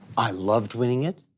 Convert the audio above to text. i loved winning it.